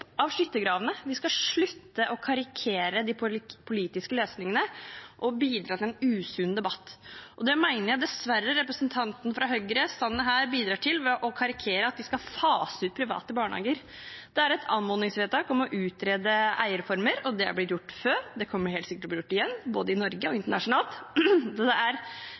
Vi må slutte å karikere de politiske løsningene og bidra til en usunn debatt. Det mener jeg dessverre at representanten Sanner, fra Høyre, bidrar til når han karikerer og sier at vi skal fase ut de private barnehagene. Det er et anmodningsvedtak om å utrede eierformer. Det er blitt gjort før, og det kommer helt sikkert til å bli gjort igjen, både i Norge og internasjonalt. Så det er